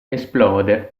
esplode